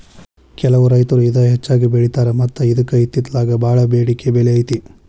ಕೆಲವು ರೈತರು ಇದ ಹೆಚ್ಚಾಗಿ ಬೆಳಿತಾರ ಮತ್ತ ಇದ್ಕ ಇತ್ತಿತ್ತಲಾಗ ಬಾಳ ಬೆಡಿಕೆ ಬೆಲೆ ಐತಿ